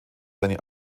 seine